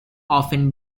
often